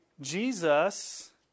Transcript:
Jesus